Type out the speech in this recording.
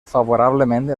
favorablement